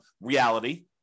reality